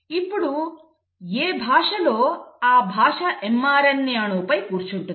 ఇప్పుడు ఏ భాషలో ఆ భాష mRNA అణువుపై కూర్చుంటుంది